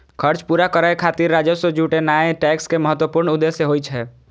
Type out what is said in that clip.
खर्च पूरा करै खातिर राजस्व जुटेनाय टैक्स के महत्वपूर्ण उद्देश्य होइ छै